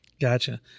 Gotcha